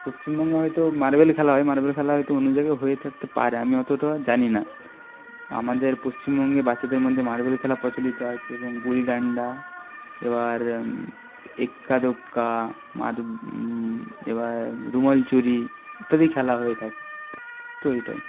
পশ্চিমবঙ্গে হয়তো মার্বেল খেলা হয় মার্বেল খেলা হয়তো অন্য জায়গায়ও হয়ে থাকতে পারে আমি অতটাও জানি না আমাদের পশ্চিমবঙ্গে বাচ্চাদের মধ্যে মার্বেল খেলা প্রচলিত আছে এবং গুলি ডাণ্ডা এবার এক্কা দোক্কা এবার রুমাল চুরি ইত্যাদি খেলা হয়ে থাকে তো এটাই